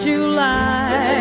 July